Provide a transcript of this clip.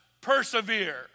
persevere